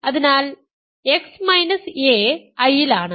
അതിനാൽ x a I യിലാണ്